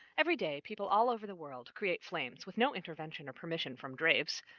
every day, people all over the world create flames, with no intervention or permission from draves.